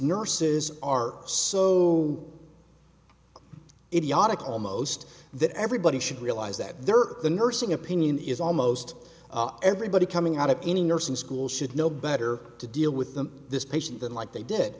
nurses are so idiotic almost that everybody should realize that there are the nursing opinion is almost everybody coming out of any nursing school should know better to deal with them this patient than like they did